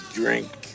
drink